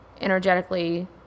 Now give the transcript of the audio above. energetically